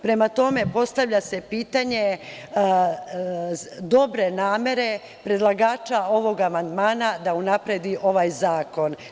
Prema tome, postavlja se pitanje dobre namere predlagača ovog amandmana da unapredi ovaj zakon.